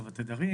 התדרים